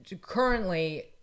currently